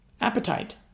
appetite